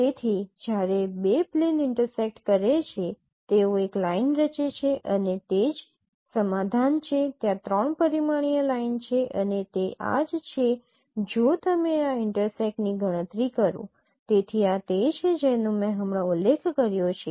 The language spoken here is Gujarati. તેથી જ્યારે બે પ્લેન ઇન્ટરસેક્ટ કરે છે તેઓ એક લાઇન રચે છે અને તે જ સમાધાન છે ત્યાં ૩ પરિમાણીય લાઇન છે અને તે આ જ છે જો તમે આ ઇન્ટરસેક્ટની ગણતરી કરો તેથી આ તે છે જેનો મેં હમણાં ઉલ્લેખ કર્યો છે